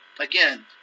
Again